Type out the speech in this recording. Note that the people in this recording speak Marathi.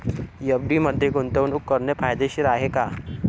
एफ.डी मध्ये गुंतवणूक करणे फायदेशीर आहे का?